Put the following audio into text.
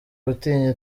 gutinya